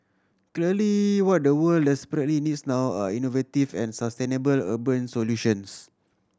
clearly what the world desperately needs now are innovative and sustainable urban solutions